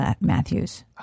Matthews